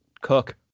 cook